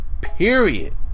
period